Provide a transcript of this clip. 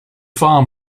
farm